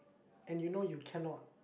and you know you cannot